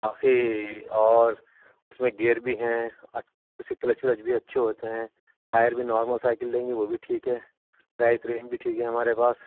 کافی اور اس میں گیئر بھی ہیں اس کی کلچ ولچ بھی اچھے ہوتے ہیں ٹائر بھی نارمل سائیکل لیں گی وہ بھی ٹھیک ہے رائس رینج بھی ٹھیک ہے ہمارے پاس